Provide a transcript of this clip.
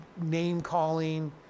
name-calling